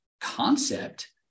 concept